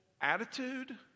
attitude